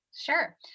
Sure